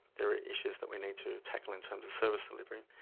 there are issues that we need to tackle in terms of service delivery,